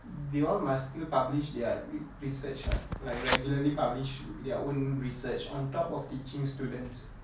they all must still publish their re~ research [what] like regularly publish their own research on top of teaching students